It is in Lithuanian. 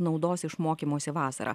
naudos iš mokymosi vasarą